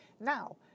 now